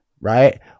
right